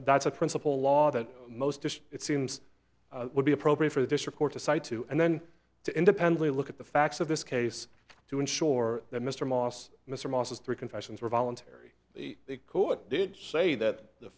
that's a principle law that most it seems would be appropriate for this report to cite to and then to independently look at the facts of this case to ensure that mr moss mr moss's three confessions were voluntary the court did say that the